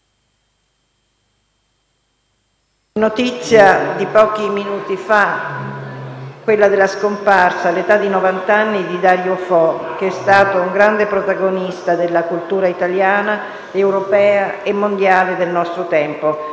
notizia di pochi minuti fa la scomparsa, all'età di novant'anni, di Dario Fo, che è stato un grande protagonista della cultura italiana, europea e mondiale del nostro tempo,